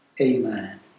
Amen